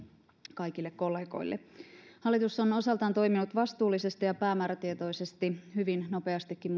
kaikille kollegoille hallitus on osaltaan toiminut vastuullisesti ja päämäärätietoisesti hyvin nopeastikin